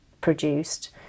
produced